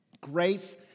Grace